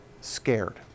scared